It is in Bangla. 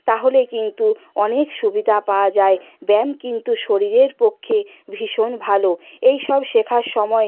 তাহলে কিন্তু অনেক সুবিধা পাওয়া যায় ব্যায়াম কিন্তু শরীরের পক্ষে ভীষণ ভালো এই সব শেখার সময়